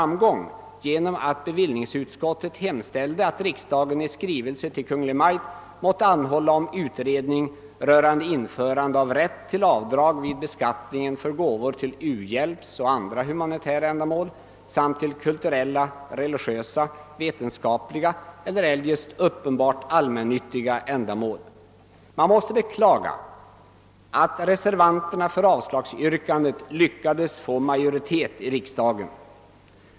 Man måste beklaga att reservanterna för avslagsyrkandet lyckades få majoritet i riksdagen.